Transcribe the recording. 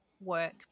work